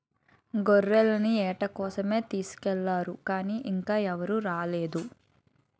గొర్రెల్ని ఏట కోసమే తీసుకెల్లారు గానీ ఇంకా ఎవరూ రాలేదు